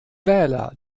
wähler